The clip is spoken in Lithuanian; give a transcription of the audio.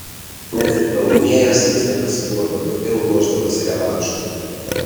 net ir pralaimėjęs jis nepasiduodavo ir vėl ruošdavosi revanšui